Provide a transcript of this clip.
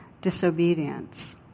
disobedience